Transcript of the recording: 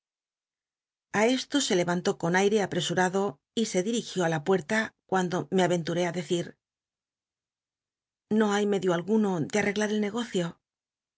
a esto se lclantó con aire npresmado y se dil'igió ri la pucrla cuando me arenturé i decil o hay medio alguno de ureglar el negocio